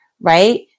right